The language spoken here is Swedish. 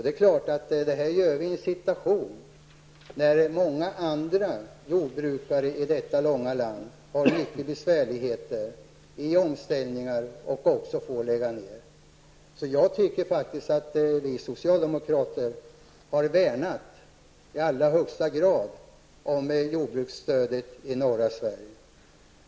Detta sker i en situation när många andra jordbrukare i detta långa land har det mycket besvärligt med omställningar och också får lov att lägga ned verksamhet. Jag tycker faktiskt att vi socialdemokrater i allra högsta grad har värnat om jordbruksstödet i norra Sverige.